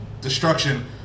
destruction